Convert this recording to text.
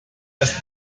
ist